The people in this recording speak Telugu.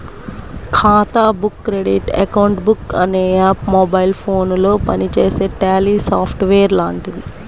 ఖాతా బుక్ క్రెడిట్ అకౌంట్ బుక్ అనే యాప్ మొబైల్ ఫోనులో పనిచేసే ట్యాలీ సాఫ్ట్ వేర్ లాంటిది